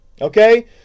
Okay